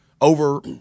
over-